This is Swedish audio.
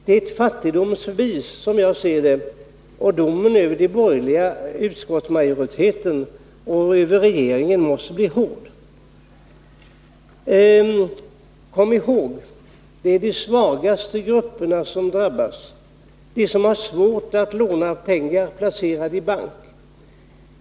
Det är ett fattigdomsbevis, som jag ser det, och domen över den borgerliga riksdagsmajoriteten och över den borgerliga regeringen måste bli hård. Kom ihåg: Det är de svagaste grupperna som drabbas, de som har svårt att låna pengar i bank.